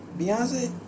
Beyonce